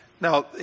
Now